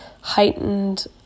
heightened